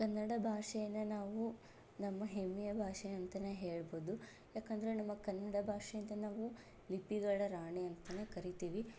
ಕನ್ನಡ ಭಾಷೇನ ನಾವು ನಮ್ಮ ಹೆಮ್ಮೆಯ ಭಾಷೆ ಅಂತನೇ ಹೇಳ್ಬೋದು ಯಾಕೆಂದ್ರೆ ನಮ್ಮ ಕನ್ನಡ ಭಾಷೆಯನ್ನು ನಾವು ಲಿಪಿಗಳ ರಾಣಿ ಅಂತನೇ ಕರಿತೀವಿ